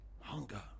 Hunger